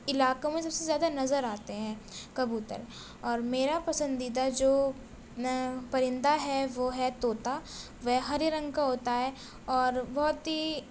علاقوں میں سب سے زیادہ نظر آتے ہیں کبوتر اور میرا پسندیدہ جو نا پرندہ ہے وہ ہے طوطا وہ ہرے رنگ کا ہوتا ہے اور بہت ہی